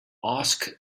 ask